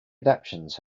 adaptations